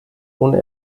ohne